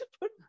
put